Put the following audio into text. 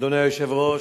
אדוני היושב-ראש,